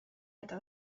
eta